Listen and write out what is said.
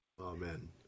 Amen